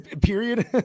period